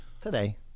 Today